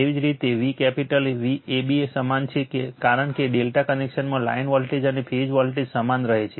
એવી જ રીતે Vcapital AB સમાન છે કારણ કે ∆ કનેક્શનમાં લાઇન વોલ્ટેજ અને ફેઝ વોલ્ટેજ સમાન રહે છે